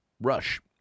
Rush